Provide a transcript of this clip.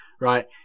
Right